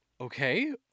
okay